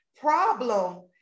problem